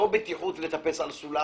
לא בטיחות לטפס על סולם.